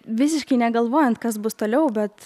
visiškai negalvojant kas bus toliau bet